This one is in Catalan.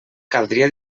caldria